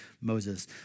Moses